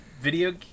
Video